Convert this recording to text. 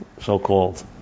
so-called